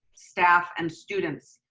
staff and students.